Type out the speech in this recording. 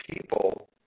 people